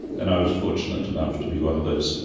and i was fortunate enough to be one of those seven.